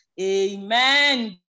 Amen